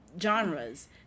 genres